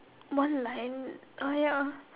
one line uh ya